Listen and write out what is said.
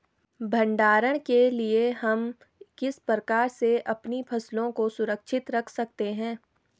भंडारण के लिए हम किस प्रकार से अपनी फसलों को सुरक्षित रख सकते हैं?